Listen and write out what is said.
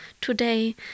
today